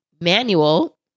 manual